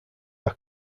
are